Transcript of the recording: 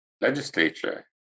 legislature